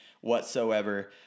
whatsoever